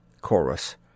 Chorus